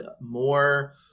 more